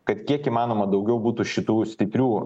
kad kiek įmanoma daugiau būtų šitų stiprių